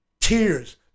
tears